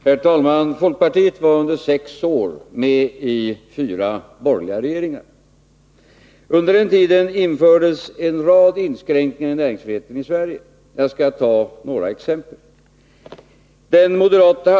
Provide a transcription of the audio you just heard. Herr talman! Folkpartiet var under sex år med i fyra borgerliga regeringar. Under den tiden infördes en rad inskränkningar i näringsfriheten i Sverige. Jag skall ta några exempel.